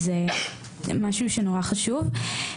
זה משהו נורא חשוב.